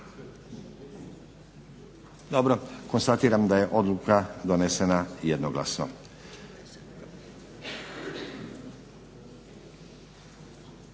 Dobro. Konstatiram da je odluka donesena jednoglasno